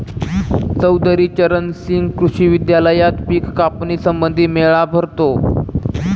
चौधरी चरण सिंह कृषी विद्यालयात पिक कापणी संबंधी मेळा भरतो